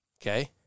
Okay